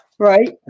Right